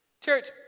Church